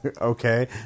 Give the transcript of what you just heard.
Okay